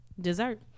dessert